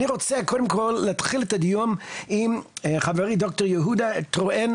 אני רוצה להתחיל את הדיון עם חברי ד"ר יהודה טוראן,